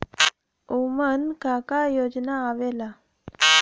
उमन का का योजना आवेला?